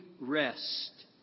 rest